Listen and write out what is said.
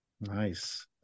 Nice